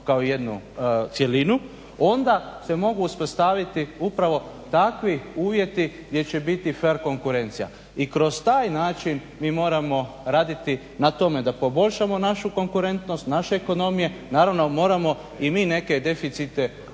kao jednu cjelinu, onda se mogu uspostaviti upravo takvi uvjeti gdje će biti fer konkurencija. I kroz taj način mi moramo raditi na tome da poboljšamo našu konkurentnost naše ekonomije. Naravno, moramo i mi neke deficite riješiti